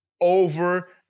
Over